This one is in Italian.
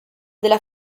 della